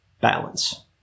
balance